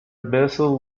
vessel